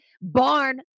barn